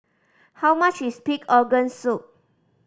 how much is pig organ soup